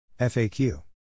FAQ